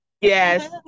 Yes